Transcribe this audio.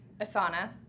Asana